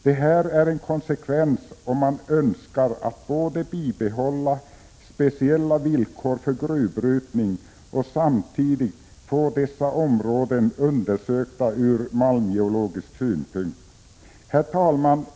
Det här är en konsekvens om man önskar att både bibehålla speciella villkor för gruvbrytning och samtidigt få dessa områden undersökta ur malmgeologisk synpunkt. Herr talman!